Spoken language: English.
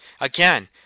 Again